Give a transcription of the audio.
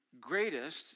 greatest